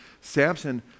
Samson